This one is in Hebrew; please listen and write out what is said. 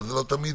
לא תמיד